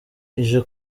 ije